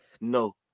no